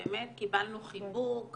באמת קיבלנו חיבוק,